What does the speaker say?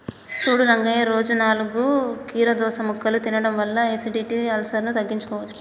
సూడు రంగయ్య రోజు నాలుగు కీరదోస ముక్కలు తినడం వల్ల ఎసిడిటి, అల్సర్ను తగ్గించుకోవచ్చు